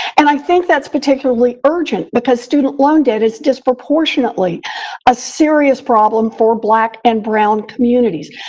and i think that's particularly urgent because student loan debt is disproportionately a serious problem for black and brown communities,